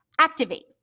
Activate